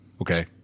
Okay